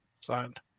signed